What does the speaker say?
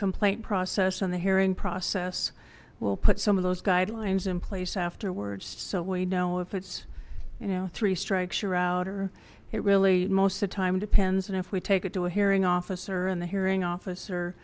complaint process on the hearing process we'll put some of those guidelines in place afterwards so we know if it's you know three strikes you're out or it really most the time depends and if we take it to a hearing officer and the hearing officer